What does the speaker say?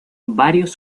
varios